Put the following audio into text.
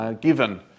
given